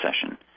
session